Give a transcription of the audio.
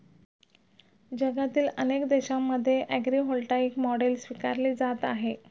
जगातील अनेक देशांमध्ये ॲग्रीव्होल्टाईक मॉडेल स्वीकारली जात आहे